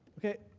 okay.